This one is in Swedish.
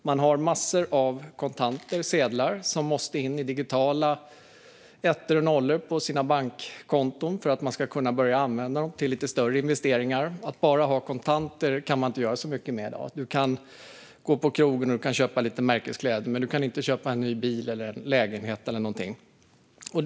Man har massor av kontanter och sedlar som måste in i digitala ettor och nollor på ett bankkonto för att man ska kunna använda pengarna till lite större investeringar. Med endast kontanter kan man inte göra så mycket i dag. Du kan gå på krogen och du kan köpa lite märkeskläder, men du kan inte köpa en ny bil, en lägenhet eller något sådant.